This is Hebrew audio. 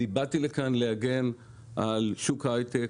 אני באתי לכאן להגן על שוק ההייטק".